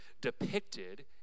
depicted